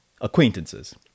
Acquaintances